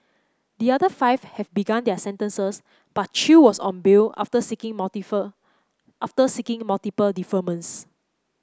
the other five have begun their sentences but Chew was on bail after seeking multiple after seeking multiple deferments